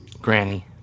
Granny